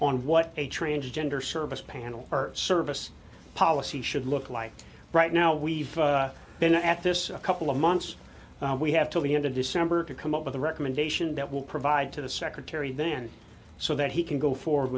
on what a transgender service panel or service policy should look like right now we've been at this a couple of months and we have till the end of december to come up with a recommendation that will provide to the secretary then so that he can go forward